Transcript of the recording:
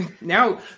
now